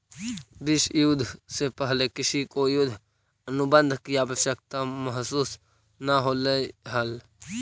विश्व युद्ध से पहले किसी को युद्ध अनुबंध की आवश्यकता महसूस न होलई हल